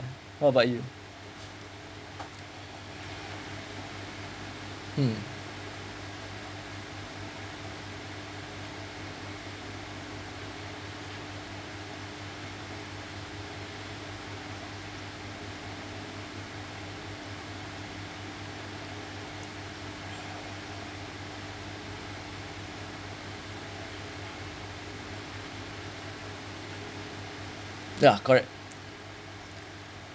what about you mm ya correct